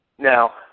Now